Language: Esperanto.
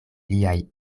liaj